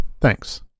Thanks